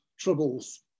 troubles